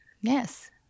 Yes